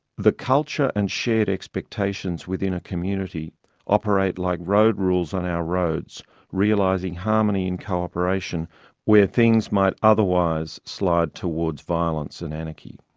the culture and shared expectations within a community operate like road rules on our roads realising harmony and cooperation where things might otherwise slide towards violence and anarchy.